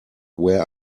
where